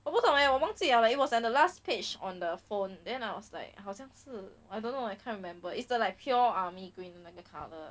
我不懂 leh 我忘记了 it was at the last page on the phone then I was like 好像是 I don't know I can't remember it's the like pure army green 的那个 colour